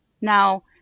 Now